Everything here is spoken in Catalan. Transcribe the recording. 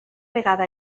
vegada